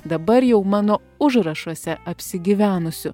dabar jau mano užrašuose apsigyvenusių